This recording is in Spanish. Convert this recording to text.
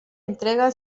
entrega